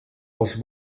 els